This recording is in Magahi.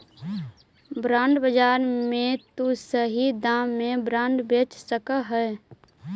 बॉन्ड बाजार में तु सही दाम में बॉन्ड बेच सकऽ हे